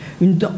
une